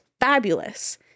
fabulous